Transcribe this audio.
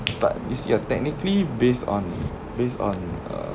but you see ah technically based on based on err